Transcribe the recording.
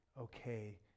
okay